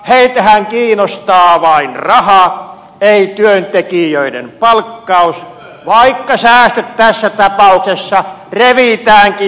heitähän kiinnostaa vain raha ei työntekijöiden palkkaus vaikka säästöt tässä tapauksessa revitäänkin työntekijöiden pussista